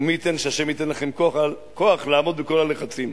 ומי ייתן שהשם ייתן לכם כוח לעמוד בכל הלחצים.